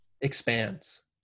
expands